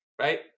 right